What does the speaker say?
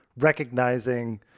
recognizing